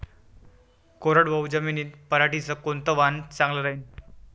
कोरडवाहू जमीनीत पऱ्हाटीचं कोनतं वान चांगलं रायीन?